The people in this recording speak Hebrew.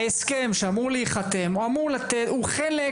ההסכם שאמור להיחתם אמור לתת-- הוא חלק